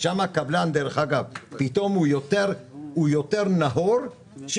שם הקבלן דרך אגב פתאום הוא יותר נאור שהוא